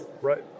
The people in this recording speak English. Right